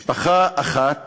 משפחה אחת